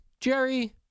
Jerry